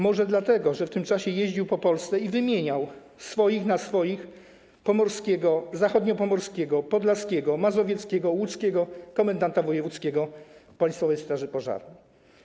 Może dlatego, że w tym czasie jeździł po Polsce i wymieniał swoich na swoich: pomorskiego, zachodniopomorskiego, podlaskiego, mazowieckiego, łódzkiego komendanta wojewódzkiego Państwowej Straży Pożarnej.